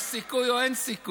יש סיכוי או אין סיכוי?